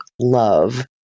love